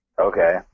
Okay